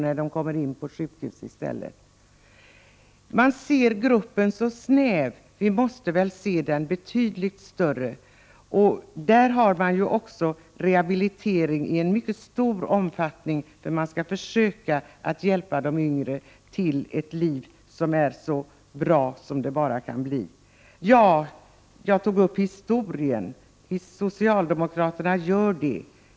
när de kommer in på sjukhus. Man ser gruppen så snäv. Vi måste väl se den betydligt större. Det sker också rehabilitering i mycket stor omfattning, där man försöker hjälpa de yngre till ett liv som är så bra som det bara kan bli. Jag tog upp historien. Vi socialdemokrater gör det.